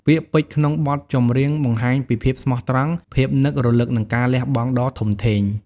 ពាក្យពេចន៍ក្នុងបទចម្រៀងបង្ហាញពីភាពស្មោះត្រង់ ភាពនឹករលឹក និងការលះបង់ដ៏ធំធេង។